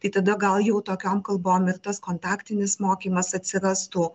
tai tada gal jau tokiom kalbom ir tas kontaktinis mokymas atsirastų